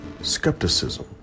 skepticism